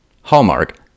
Hallmark